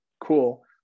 Cool